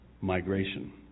Migration